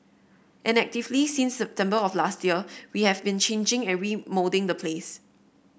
and actively since September of last year we have been changing and remoulding the place